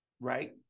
right